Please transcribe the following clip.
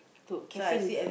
put caffeine